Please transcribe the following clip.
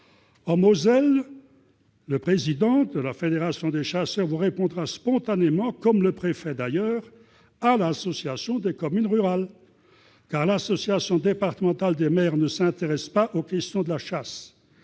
En Moselle, le président de la fédération des chasseurs vous répondra spontanément, comme le préfet d'ailleurs, qu'il écrira à l'Association des communes rurales. En effet, l'association départementale des maires ne s'intéresse pas aux questions relatives